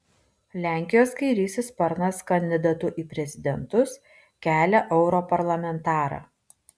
lenkijos kairysis sparnas kandidatu į prezidentus kelia europarlamentarą